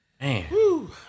Man